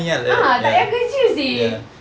ah tak payah kerja seh